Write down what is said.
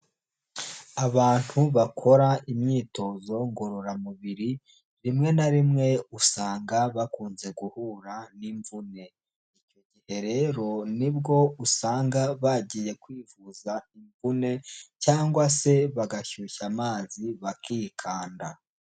Abantu bakora imyitozo ngororamubiri, rimwe na rimwe usanga bakunze guhura n'imvune. Icyo gihe rero nibwo usanga bagiye kwivuza imvune cyangwa se bagashyushya amazi bakikanda.